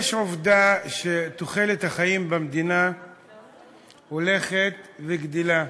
יש עובדה שתוחלת החיים במדינה הולכת וגדלה.